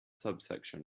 subsection